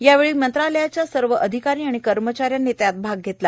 यावेळी मंत्रालयाच्या सर्व अधिकारी आणि कर्मचाऱ्यांनी त्यात भाग घेतला